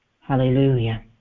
hallelujah